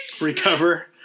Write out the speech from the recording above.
recover